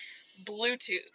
Bluetooth